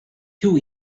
too